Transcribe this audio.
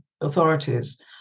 authorities